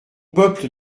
peuple